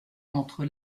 entre